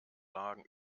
lagen